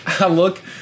look